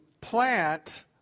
plant